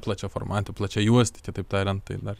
plačiaformatį plačiajuostį čia taip tariant tai dar